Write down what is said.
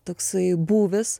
toksai būvis